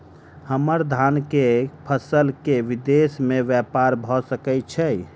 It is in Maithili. हम्मर धान केँ फसल केँ विदेश मे ब्यपार भऽ सकै छै?